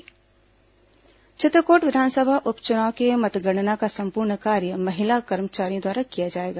चित्रकोट उप चुनाव चित्रकोट विधानसभा उप चुनाव में मतगणना का संपूर्ण कार्य महिला कर्मचारियों द्वारा किया जाएगा